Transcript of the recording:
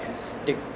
stick